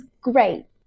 great